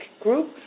group